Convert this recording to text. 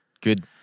Good